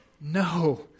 No